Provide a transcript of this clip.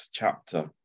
chapter